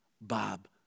Bob